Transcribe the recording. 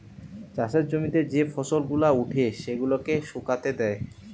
চাষের জমিতে যে ফসল গুলা উঠে সেগুলাকে শুকাতে দেয়